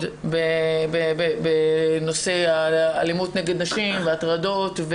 בנושא אלימות נגד נשים והטרדות.